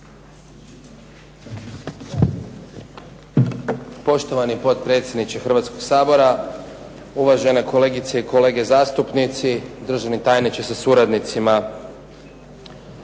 Poštovani potpredsjedniče Hrvatskog sabora, uvažene kolegice i kolege zastupnici, državni tajniče sa suradnicima.